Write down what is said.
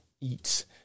eats